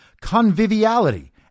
conviviality